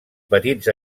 petits